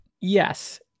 Yes